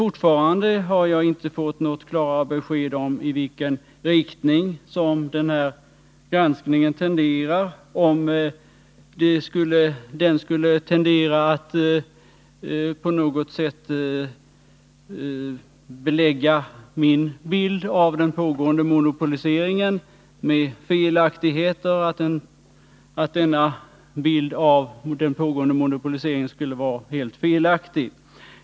Jag har ännu inte fått något klart besked om i vilken riktning den här granskningen tenderar, om den tenderar att på något sätt belägga att min bild av den pågående monopoliseringen skulle vara helt felaktig.